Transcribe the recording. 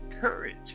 courage